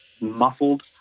muffled